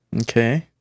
Okay